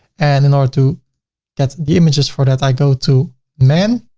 and in order to get the images for that, i go to men.